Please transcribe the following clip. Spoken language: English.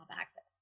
access